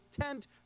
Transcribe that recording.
tent